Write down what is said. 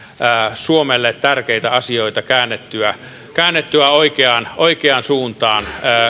suomelle tärkeitä asioita käännettyä käännettyä oikeaan oikeaan suuntaan